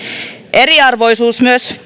eriarvoisuus myös